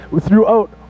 throughout